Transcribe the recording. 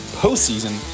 postseason